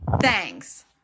Thanks